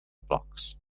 blocks